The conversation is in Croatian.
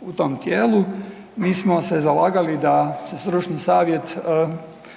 u tom tijelu, mi smo se zalagali da se stručni savjet proširi